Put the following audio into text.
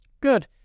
Good